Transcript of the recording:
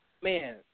Man